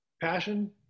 passion